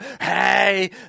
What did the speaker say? Hey